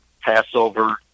Passover